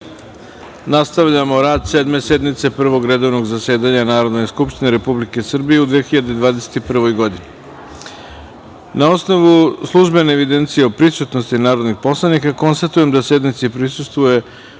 nastavljamo rad Sedme sednice Prvog redovnog zasedanja Narodne skupštine Republike Srbije u 2021. godini. Na osnovu službene evidencije o prisutnosti narodnih poslanika, konstatujem da sednici prisustvuje